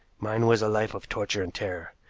mine was a life of torture and terror.